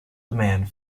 demand